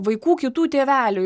vaikų kitų tėvelių